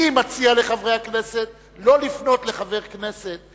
אני מציע לחברי הכנסת לא לפנות לחבר כנסת,